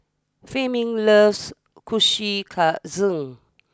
Fleming loves Kushikatsu